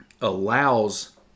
allows